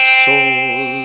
soul